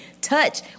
touch